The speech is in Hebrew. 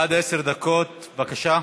עד עשר דקות, בבקשה.